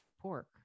pork